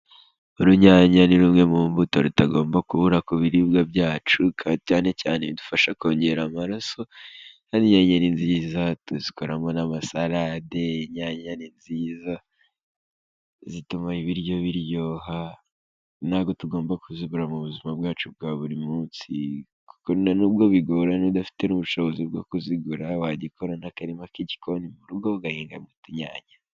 Urunyanya ni rumwe mu mbuto rutagomba kubura ku biribwa byacu, cyanecyane bidufasha kongera amaraso, inyanya ni nziza, tuzikoramo n'amasarade, inyanya ni nziza zituma ibiryo biryoha, ntabwo tugomba kuzibura mu buzima bwacu bwa buri munsi, kuko nta n'ubwo bigorana, udafite n'ubushobozi bwo kuzigura, wajya ukora n'akarima k'igikoni mu rugo ugahingamo utunyanya.